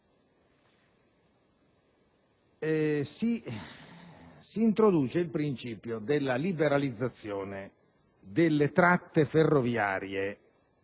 si introduce il principio della liberalizzazione delle tratte ferroviarie